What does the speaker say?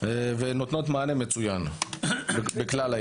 ונותנות מענה מצוין בכלל העיר.